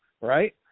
Right